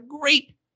great